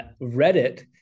Reddit